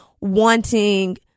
wanting